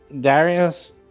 Darius